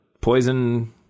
poison